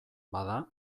bada